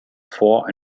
four